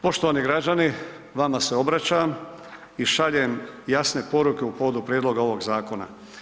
Poštovani građani, vama se obraćam i šaljem jasne poruke u povodu prijedloga ovog zakona.